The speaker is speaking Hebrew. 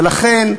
ולכן,